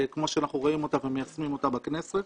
כמו שאנחנו רואים אותה ומיישמים אותה בכנסת.